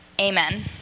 amen